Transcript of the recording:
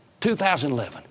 2011